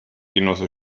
genosse